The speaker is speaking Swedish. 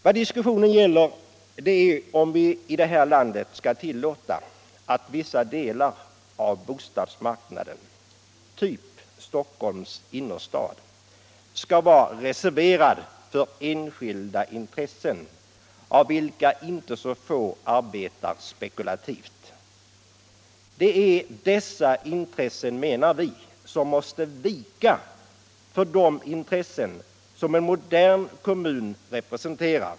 Vad diskussionen gäller är om vi i det här landet skall tillåta att vissa delar av bostadsmarknaden — typ Stockholms innerstad — skall vara reserverade för enskilda intressen av vilka inte så få arbetar spekulativt. Det är dessa intressen, menar vi, som måste vika för de intressen som en modern kommun representerar.